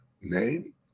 name